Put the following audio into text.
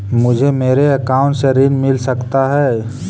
मुझे मेरे अकाउंट से ऋण मिल सकता है?